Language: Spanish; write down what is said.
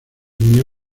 año